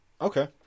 Okay